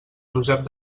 josep